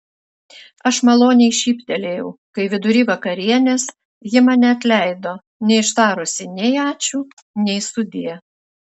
aš maloniai šyptelėjau kai vidury vakarienės ji mane atleido neištarusi nei ačiū nei sudie